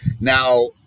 now